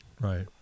Right